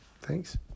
Thanks